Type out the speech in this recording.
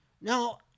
Now